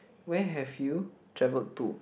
where have you traveled to